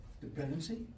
Dependency